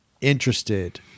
interested